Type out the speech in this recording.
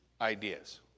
ideas